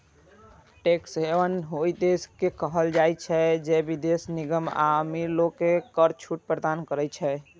tax haven ओइ देश के कहल जाइ छै, जे विदेशी निगम आ अमीर लोग कें कर छूट प्रदान करै छै